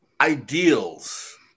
ideals